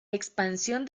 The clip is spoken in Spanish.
expansión